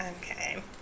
okay